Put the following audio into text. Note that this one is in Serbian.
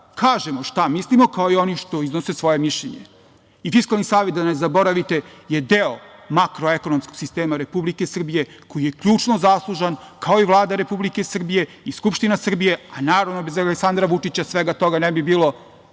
kažemo šta mislimo, kao i oni što iznose svoje mišljenje i Fiskalni savet, da ne zaboravite, je deo makroekonomskog sistema Republike Srbije koji je ključno zaslužan, kao i Vlada Republike Srbije i Skupština Srbije, a naravno bez Aleksandra Vučića svega toga ne bi bilo